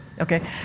Okay